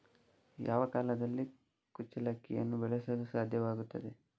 ಯಾವ ಕಾಲದಲ್ಲಿ ಕುಚ್ಚಲಕ್ಕಿಯನ್ನು ಬೆಳೆಸಲು ಸಾಧ್ಯವಾಗ್ತದೆ?